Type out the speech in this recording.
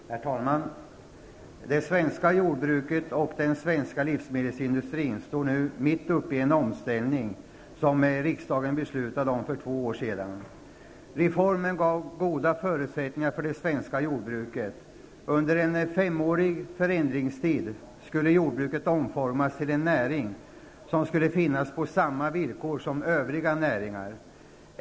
Herr talman! Det svenska jordbruket och den svenska livsmedelsindustrin står nu mitt uppe i den omställning som riksdagen beslutade om för två år sedan. Reformen gav goda förutsättningar för det svenska jordbruket. Under en femårig förändringstid skulle jordbruket omformas till en näring, som skulle existera på samma villkor som övriga näringar.